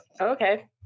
Okay